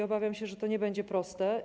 Obawiam się, że to nie będzie proste.